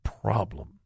problem